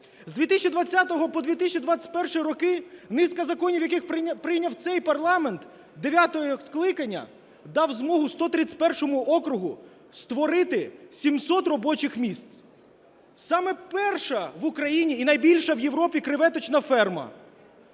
З 2020 по 2021 роки низка законів, які прийняв цей парламент дев'ятого скликання, дали змогу 131 округу створити 700 робочих місць: сама перша в Україні і найбільша в Європі креветочна ферма;